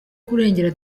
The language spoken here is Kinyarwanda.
kurengera